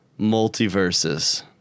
Multiverses